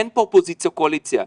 אין פה אופוזיציה קואליציה,